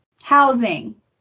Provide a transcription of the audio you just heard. Housing